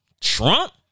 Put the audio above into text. Trump